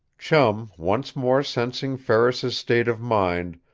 chum, once more sensing ferris's state of mind,